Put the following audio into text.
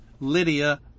Lydia